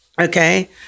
Okay